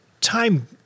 time